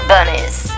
Bunnies